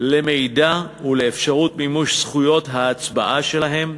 למידע ולאפשרות זכויות ההצבעה שלהם.